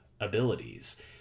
abilities